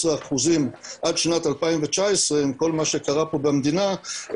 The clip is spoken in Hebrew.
אחוזים עד שנת 2019 עם כל מה שקרה פה במדינה,